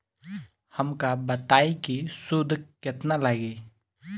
हमका बताई कि सूद केतना लागी?